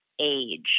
age